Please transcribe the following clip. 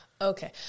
Okay